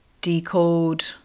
decode